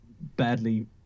badly